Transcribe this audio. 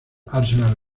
arsenal